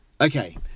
Okay